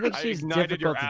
but c nine eight